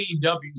AEW